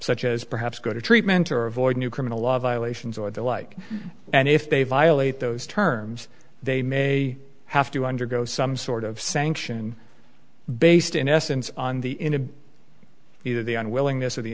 such as perhaps go to treatment or avoid new criminal law violations or the like and if they violate those terms they may have to undergo some sort of sanction based in essence on the in a either the unwillingness of the